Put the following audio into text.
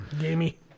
gamey